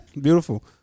beautiful